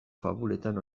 fabuletan